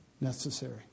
necessary